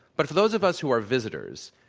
but for those of us who are visitors,